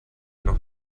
noch